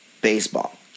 baseball